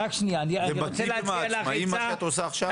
זה מיטיב עם העצמאים, מה שאת עושה עכשיו?